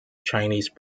chinese